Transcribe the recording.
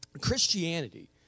Christianity